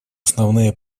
основные